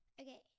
okay